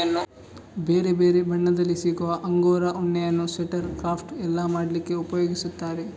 ಬೇರೆ ಬೇರೆ ಬಣ್ಣದಲ್ಲಿ ಸಿಗುವ ಅಂಗೋರಾ ಉಣ್ಣೆಯನ್ನ ಸ್ವೆಟರ್, ಕ್ರಾಫ್ಟ್ ಎಲ್ಲ ಮಾಡ್ಲಿಕ್ಕೆ ಉಪಯೋಗಿಸ್ತಾರೆ